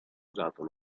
usato